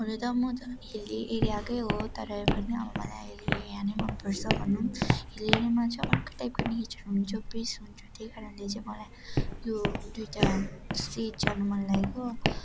हुनु त म त हिल्ली एरियाकै हो तरै पनि अब मलाई हिल्ली एरिया नै मनपर्छ भनौँ हिल्ली एरियामा चाहिँ अर्कै टाइपको नेचर हुन्छ पिस हुन्छ त्यही कारणले चाहिँ मलाई यो दुइटा स्टेट जानु मन लागेको